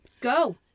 Go